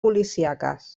policíaques